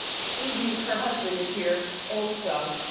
stevie, her husband is here also.